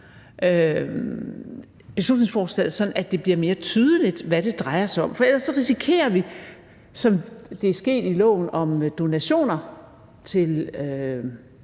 beslutningsforslaget, sådan at det bliver mere tydeligt, hvad det drejer sig om. For ellers risikerer vi, som det er sket i loven om donationer til